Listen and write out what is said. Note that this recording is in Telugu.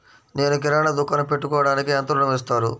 నేను కిరాణా దుకాణం పెట్టుకోడానికి ఎంత ఋణం ఇస్తారు?